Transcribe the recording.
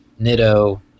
Nitto